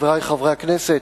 חברי חברי הכנסת,